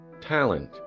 talent